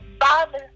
Father